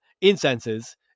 incenses